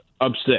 upset